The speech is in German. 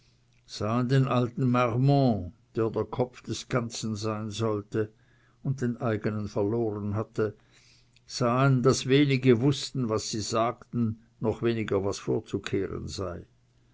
den alten marmont der der kopf des ganzen sein sollte und den eigenen verloren hatte sahen daß wenige wußten was sie sagten noch weniger was vorzukehren sei